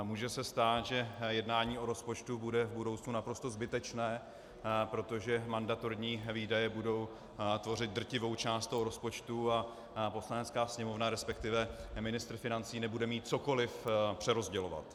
Může se stát, že jednání o rozpočtu bude v budoucnu naprosto zbytečné, protože mandatorní výdaje budou tvořit drtivou část toho rozpočtu a Poslanecká sněmovna, respektive ministr financí nebude mít cokoliv přerozdělovat.